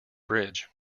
bridge